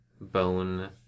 bone